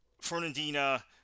Fernandina